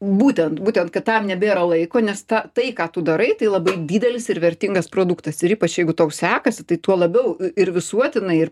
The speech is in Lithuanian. būtent būtent kad tam nebėra laiko nes ta tai ką tu darai tai labai didelis ir vertingas produktas ir ypač jeigu tau sekasi tai tuo labiau ir visuotinai ir